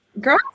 girl